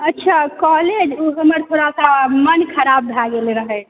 अच्छा कॉलेज हमर थोड़ा सा मन खराब भए गेल रहै